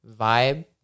vibe